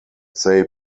they